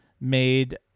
made